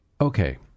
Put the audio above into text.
okay